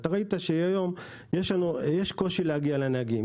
אתה ראית שהיום יש קושי להגיע לנהגים.